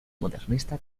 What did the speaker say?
modernista